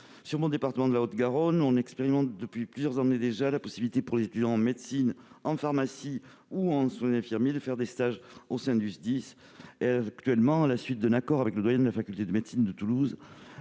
Dans le département de la Haute-Garonne, nous expérimentons depuis déjà plusieurs années la possibilité pour les étudiants en médecine, pharmacie ou en soins infirmiers de faire des stages au sein du SDIS. À la suite d'un récent accord avec le doyen de la faculté de médecine de Toulouse, les